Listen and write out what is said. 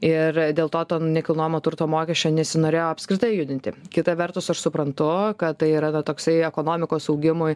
ir dėl to nekilnojamo turto mokesčio nesinorėjo apskritai judinti kita vertus aš suprantu kad tai yra na toksai ekonomikos augimui